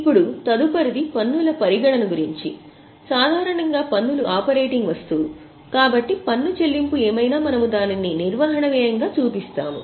ఇప్పుడు తదుపరిది పన్నుల పరిగణన గురించి సాధారణంగా పన్నులు ఆపరేటింగ్ వస్తువు కాబట్టి పన్ను చెల్లింపు ఏమైనా మనము దానిని నిర్వహణ వ్యయంగా చూపిస్తాము